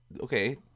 Okay